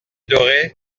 doré